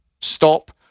stop